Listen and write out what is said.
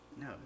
No